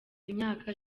imyaka